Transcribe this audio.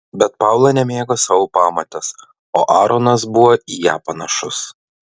bet paula nemėgo savo pamotės o aaronas buvo į ją panašus